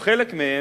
או חלק מהם,